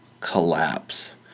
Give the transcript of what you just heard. collapse